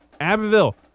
Abbeville